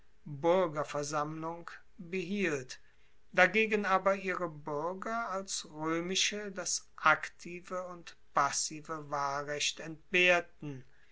buergerversammlung behielt dagegen aber ihre buerger als roemische das aktive und passive wahlrecht entbehrten